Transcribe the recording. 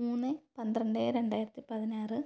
മൂന്ന് പന്ത്രണ്ട് രണ്ടായിരത്തി പതിനാറ്